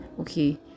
okay